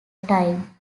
time